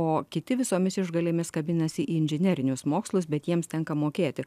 o kiti visomis išgalėmis kabinasi į inžinerinius mokslus bet jiems tenka mokėti